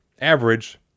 average